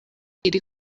iri